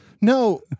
No